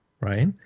right